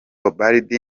ubald